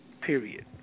period